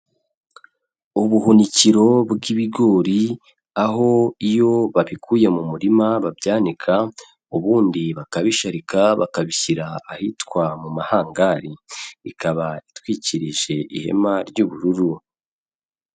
Ubuhunikiro bw'ibigori aho iyo babikuye mu murima babyanika ubundi bakabisharika, bakabishyira ahitwa mu mahangari, ikaba itwikirije ihema ry'ubururu.